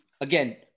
again